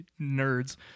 nerds